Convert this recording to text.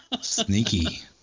Sneaky